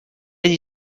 они